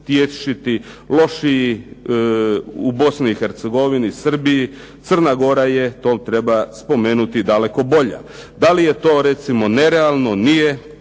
lošijih u Bosni i Hercegovini, Srbiji, Crna Gora je, to treba spomenuti, daleko bolja. Da li je to recimo nerealno, nije,